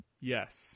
Yes